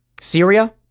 Syria